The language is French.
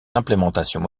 implémentations